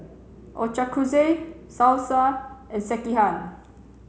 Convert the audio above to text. Ochazuke Salsa and Sekihan